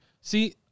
See